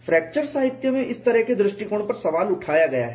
fracture साहित्य में इस तरह के दृष्टिकोण पर सवाल उठाया गया है